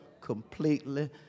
completely